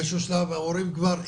באיזה שהוא שלב ההורים כבר אינם.